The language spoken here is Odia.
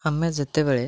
ଆମେ ଯେତେବେଳେ